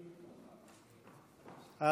בבקשה,